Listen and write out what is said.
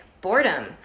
boredom